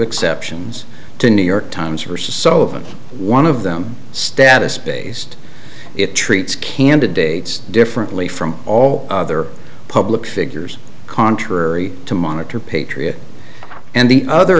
exceptions to new york times for sullivan one of them status based it treats candidates differently from all other public figures contrary to monitor patriot and the other